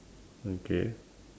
okay